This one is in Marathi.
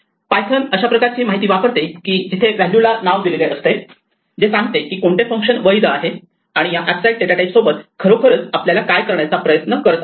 पायथन अशा प्रकारची माहिती वापरते की जिथे व्हॅल्यू ला नाव दिलेले असते जे सांगते की कोणते फंक्शन वैध आहे आणि या ऍबस्ट्रॅक्ट डेटा टाइप सोबत खरोखर आपण काय करण्याचा प्रयत्न करत आहोत